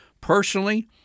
Personally